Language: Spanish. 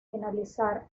finalizar